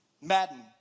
Madden